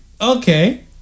okay